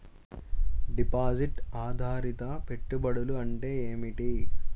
Deposit ఆధారిత పెట్టుబడులు అంటే ఏమిటి?